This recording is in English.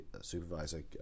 supervisor